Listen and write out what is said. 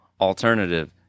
alternative